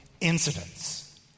incidents